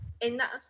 enough